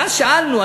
ואז שאלנו,